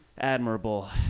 admirable